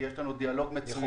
כי יש לנו דיאלוג מצוין.